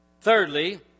Thirdly